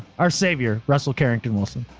our savior russell, carrington wilson.